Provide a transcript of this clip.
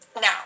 now